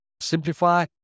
simplify